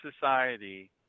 society